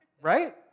right